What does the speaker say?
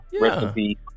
recipe